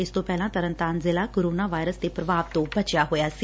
ਇਸ ਤੋ ਪਹਿਲਾਂ ਤਰਨਤਾਰਨ ਜ਼ਿਲੁਾ ਕੋਰੋਨਾ ਵਾਇਰਸ ਦੇ ਪ੍ਰਭਾਵ ਤੋ ਬਚਿਆ ਹੋਇਆ ਸੀ